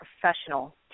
professional